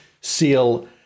seal